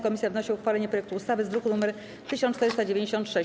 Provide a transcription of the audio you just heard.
Komisja wnosi o uchwalenie projektu ustawy z druku nr 1496.